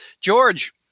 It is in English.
George